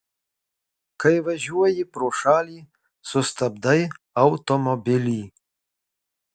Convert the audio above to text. kai važiuoji pro šalį sustabdai automobilį